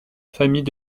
famille